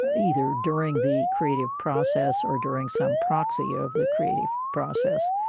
ah either during the creative process or during some proxy ah of the creative process.